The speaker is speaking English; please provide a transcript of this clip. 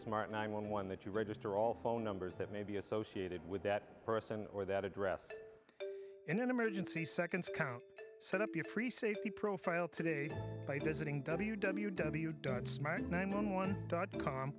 smart nine one one that you register all phone numbers that may be associated with that person or that address in an emergency seconds count set up your free safety profile today w w w don't smile at nine one one dot com